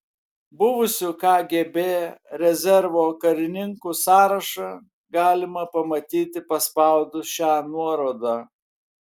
buvusių kgb rezervo karininkų sąrašą galima pamatyti paspaudus šią nuorodą